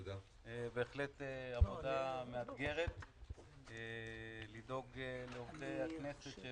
בהחלט עבודה מאתגרת לדאוג לעובדי הכנסת.